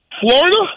Florida